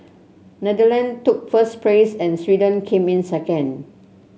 Netherlands took first place and Sweden came in second